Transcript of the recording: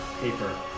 paper